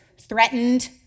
threatened